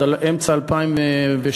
עד אמצע 2006,